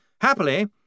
Happily